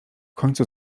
końcu